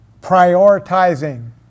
prioritizing